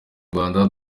rwanda